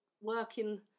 working